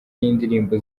y’indirimbo